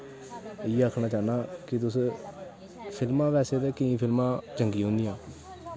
इ'यै आखना चाह्न्ना कि तुस फिल्मां बैसे ते केईं फिल्मां चंगियां होंदियां